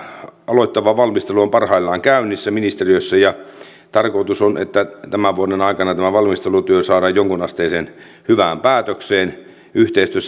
tiedustelulakeja koskeva valmistelu on parhaillaan käynnissä ministeriössä ja tarkoitus on että tämän vuoden aikana tämä valmistelutyö saadaan jonkunasteiseen hyvään päätökseen yhteistyössä